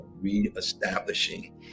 re-establishing